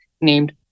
named